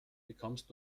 bekommst